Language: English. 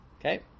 Okay